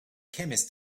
chemist